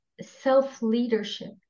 self-leadership